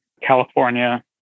California